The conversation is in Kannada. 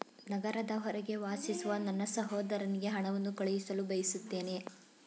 ನಗರದ ಹೊರಗೆ ವಾಸಿಸುವ ನನ್ನ ಸಹೋದರನಿಗೆ ಹಣವನ್ನು ಕಳುಹಿಸಲು ಬಯಸುತ್ತೇನೆ